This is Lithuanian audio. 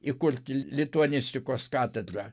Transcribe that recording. įkurti lituanistikos katedrą